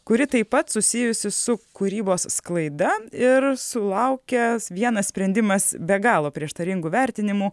kuri taip pat susijusi su kūrybos sklaida ir sulaukęs vienas sprendimas be galo prieštaringų vertinimų